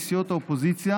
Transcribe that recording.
הן מסיעות האופוזיציה.